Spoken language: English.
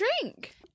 drink